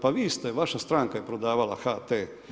Pa vi ste, vaša stranka je prodavala HT.